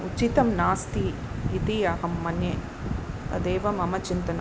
उचितं नास्ति इति अहं मन्ये तदेव मम चिन्तनम्